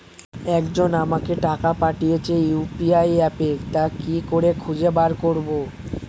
একজন আমাকে টাকা পাঠিয়েছে ইউ.পি.আই অ্যাপে তা কি করে খুঁজে বার করব?